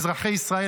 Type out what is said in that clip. אזרחי ישראל,